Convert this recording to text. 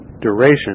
duration